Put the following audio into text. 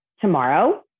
tomorrow